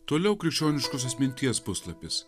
toliau krikščioniškosios minties puslapis